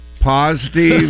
positive